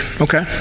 Okay